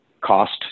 cost